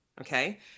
Okay